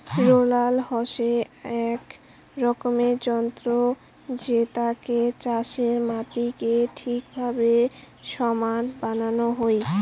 roller হসে এক রকমের যন্ত্র জেতাতে চাষের মাটিকে ঠিকভাবে সমান বানানো হই